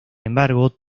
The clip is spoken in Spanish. embargo